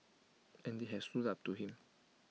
and they have stood up to him